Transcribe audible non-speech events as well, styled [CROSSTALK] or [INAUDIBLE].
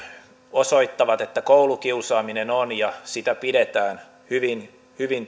osoittavat että koulukiusaaminen on ja sitä pidetään hyvin hyvin [UNINTELLIGIBLE]